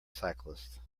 cyclist